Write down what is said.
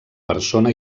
persona